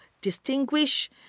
distinguish